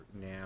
now